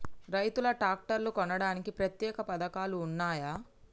రైతులు ట్రాక్టర్లు కొనడానికి ప్రత్యేక పథకాలు ఉన్నయా?